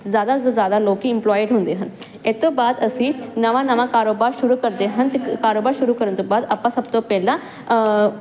ਤੇ ਜਿਆਦਾ ਤੋਂ ਜਿਆਦਾ ਲੋਕੀ ਇੰਪਲੋਇਡ ਹੁੰਦੇ ਹਨ ਇਸ ਤੋਂ ਬਾਅਦ ਅਸੀਂ ਨਵਾਂ ਨਵਾਂ ਕਾਰੋਬਾਰ ਸ਼ੁਰੂ ਕਰਦੇ ਹਨ ਤੇ ਕਾਰੋਬਾਰ ਸ਼ੁਰੂ ਕਰਨ ਤੋਂ ਬਾਅਦ ਆਪਾਂ ਸਭ ਤੋਂ ਪਹਿਲਾਂ